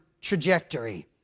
trajectory